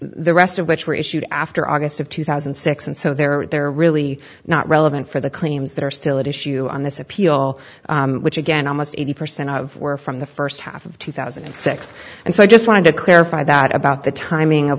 the rest of which were issued after august of two thousand and six and so they're they're really not relevant for the claims that are still at issue on this appeal which again almost eighty percent of were from the first half of two thousand and six and so i just wanted to clarify that about the timing of